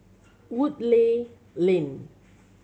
Woodleigh Lane